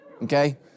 Okay